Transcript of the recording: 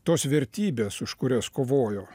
tos vertybės už kurias kovojo